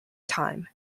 time